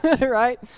right